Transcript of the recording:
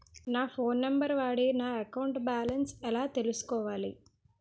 నా phone number వాడి నా అకౌంట్ బాలన్స్ ఎలా తెలుసుకోవాలి?